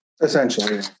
essentially